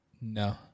No